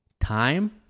time